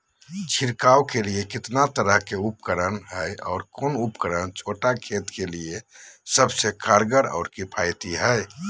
छिड़काव के लिए कितना तरह के उपकरण है और कौन उपकरण छोटा खेत के लिए सबसे कारगर और किफायती है?